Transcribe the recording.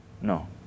No